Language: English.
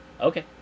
okay